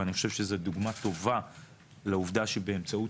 ואני חושב שזה דוגמה טובה לעובדה שבאמצעות